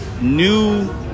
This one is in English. new